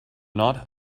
not